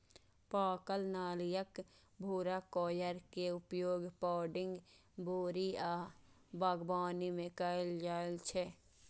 पाकल नारियलक भूरा कॉयर के उपयोग पैडिंग, बोरी आ बागवानी मे कैल जाइ छै